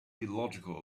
illogical